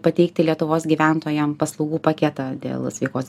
pateikti lietuvos gyventojam paslaugų paketą dėl sveikos